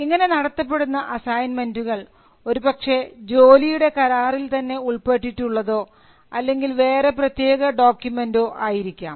ഇങ്ങനെ നടത്തപ്പെടുന്ന അസൈൻമെൻറുകൾ ഒരുപക്ഷേ ജോലിയുടെ കരാറിൽ തന്നെ ഉൾപ്പെട്ടിട്ടുള്ളതോ അല്ലെങ്കിൽ വേറെ പ്രത്യേകത ഡോക്യുമെൻറോ ആയിരിക്കാം